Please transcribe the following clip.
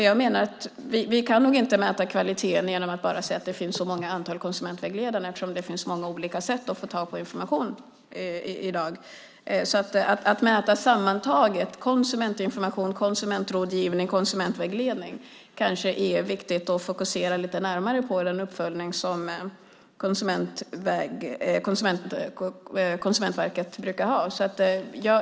Jag menar att vi nog inte kan mäta kvaliteten genom att bara säga att det finns ett visst antal konsumentvägledare, eftersom det finns många olika sätt att få tag på information i dag. Att sammantaget mäta konsumentinformation, konsumentrådgivning och konsumentvägledning kanske är viktigt att fokusera lite närmare på i den uppföljning som Konsumentverket brukar göra.